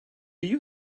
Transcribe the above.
you